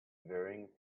varying